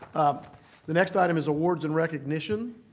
the next item is awards and recognition.